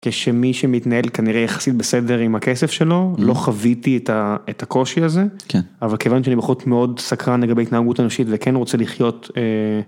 כשמי שמתנהל כנראה יחסית בסדר עם הכסף שלו לא חוויתי את הקושי הזה אבל כיוון שאני בחוץ מאוד סקרן לגבי התנהגות הנשית וכן רוצה לחיות.